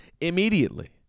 immediately